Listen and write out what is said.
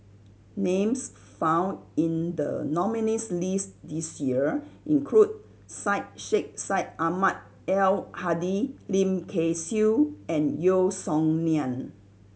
names found in the nominees' list this year include Syed Sheikh Syed Ahmad Al Hadi Lim Kay Siu and Yeo Song Nian